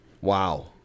Wow